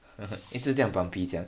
一直这样 bumpy 这样